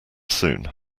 soon